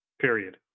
period